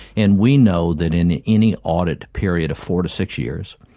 and we know that in any audit period of four to six years,